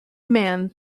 man